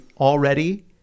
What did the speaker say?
already